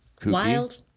Wild